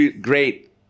great